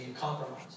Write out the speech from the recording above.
compromise